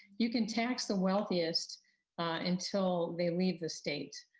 you can tax the wealthiest until they leave the state.